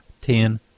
Ten